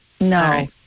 No